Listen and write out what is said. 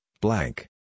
blank